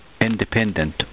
independent